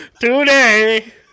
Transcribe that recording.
Today